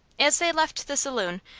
as they left the saloon,